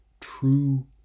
true